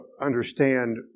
understand